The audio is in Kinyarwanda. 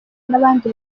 n’abandi